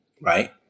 right